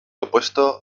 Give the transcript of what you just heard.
opuesto